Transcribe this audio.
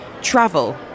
travel